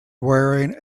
wearing